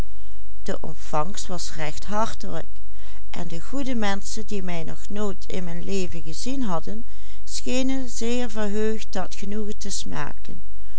verheugd dat genoegen te smaken